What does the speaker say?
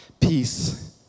peace